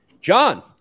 John